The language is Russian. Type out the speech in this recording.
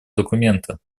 документа